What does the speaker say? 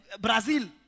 Brazil